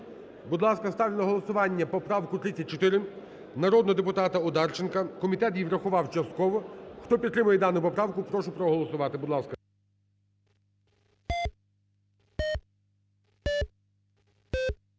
Будь ласка, ставлю на голосування поправку 34 народного депутата Одарченка. Комітет її врахував частково. Хто підтримує дану поправку, прошу проголосувати, будь ласка.